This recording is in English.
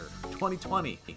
2020